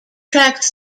tracks